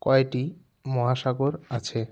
কয়টি মহাসাগর আছে